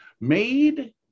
Made